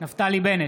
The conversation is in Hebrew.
נפתלי בנט,